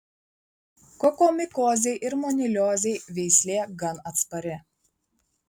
kokomikozei ir moniliozei veislė gan atspari